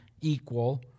equal